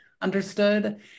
understood